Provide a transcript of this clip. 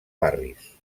barris